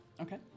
Okay